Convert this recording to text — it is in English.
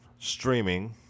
streaming